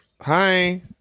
Hi